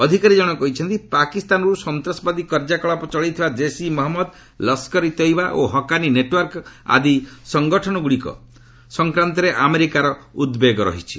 ଅଧିକାରୀ ଜଣକ କହିଚ୍ଚନ୍ତି ପାକିସ୍ତାନରୁ ସନ୍ତାସବାଦୀ କାର୍ଯ୍ୟକଳାପ ଚଳାଇଥିବା ଜେିସେ ମହମ୍ମଦ ଲସ୍କରେ ତୟିବା ଓ ହକାନି ନେଟ୍ୱାର୍କ ଆଦି ସଙ୍ଗଠନଗୁଡ଼ିକ ସଂକ୍ରାନ୍ତରେ ଆମେରିକାର ଉଦ୍ବେଗ ରହିଛି